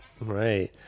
Right